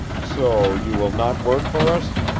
so you will not work for us?